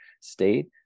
state